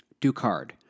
Ducard